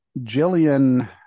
Jillian